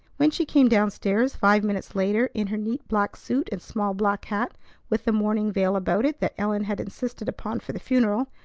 when she came down-stairs five minutes later in her neat black suit and small black hat with the mourning veil about it that ellen had insisted upon for the funeral,